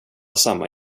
samma